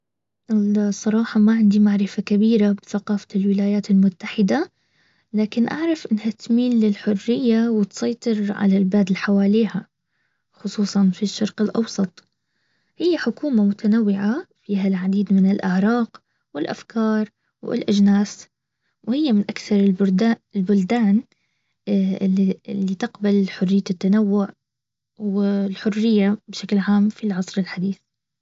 الصراحة ما عندي معرفة كبيرة بثقافة الولايات المتحدة. لكن اعرف انها تميل للحرية وتسيطر على البلد اللي حواليها. خصوصا في الشرق الاوسط. هي حكومة متنوعة فيها العديد من الاعراق والافكار والاجناس. وهي من اكثر البلدان - البلدان. اللي تقبل حرية التنوع. والحرية بشكل عام في العصر الحديث